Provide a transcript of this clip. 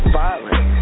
violent